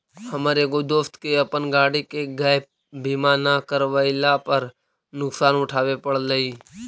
हमर एगो दोस्त के अपन गाड़ी के गैप बीमा न करवयला पर नुकसान उठाबे पड़लई